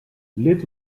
lid